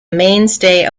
mainstay